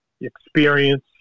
experience